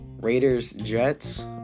Raiders-Jets